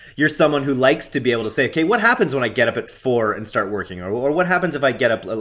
you're someone who likes to be able to say okay what happens when i get up at four and start working, or or what happens if i get up. ah